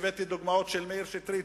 הבאתי דוגמאות של מאיר שטרית,